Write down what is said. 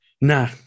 nah